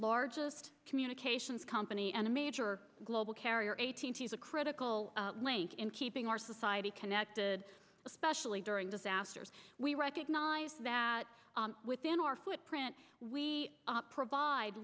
largest communications company and a major global carrier eighteen sees a critical link in keeping our society connected especially during disasters we recognize that within our footprint we provide